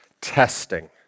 testing